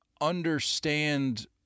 understand